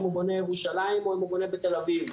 אם הוא בונה בירושלים או אם הוא בונה בתל אביב.